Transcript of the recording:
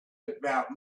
about